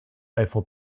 eiffel